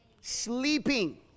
Sleeping